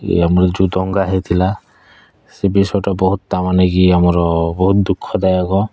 ଇଏ ଆମର ଯେଉଁ ଦଙ୍ଗା ହୋଇଥିଲା ସେ ବିଷୟଟା ବହୁତ ତା ମାନେ ଇଏ ଆମର ବହୁତ ଦୁଃଖଦାୟକ